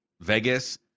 Vegas